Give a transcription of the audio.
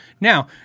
Now